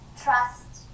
trust